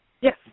Yes